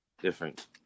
different